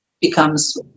becomes